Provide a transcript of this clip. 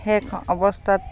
শেষ অৱস্থাত